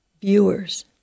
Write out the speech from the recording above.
viewers